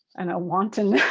and a wanton,